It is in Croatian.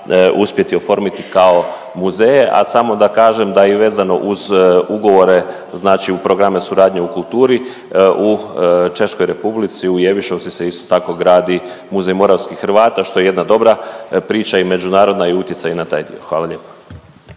uspjeti oformiti kao muzeje. A samo da kažem da i vezano uz ugovore, znači u programe suradnje u kulturi u Češkoj Republici u Jevišovci se isto tako gradi muzej moravskih Hrvata što je jedna dobra priča i međunarodna i utjecaj i na taj dio. Hvala lijepa.